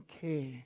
care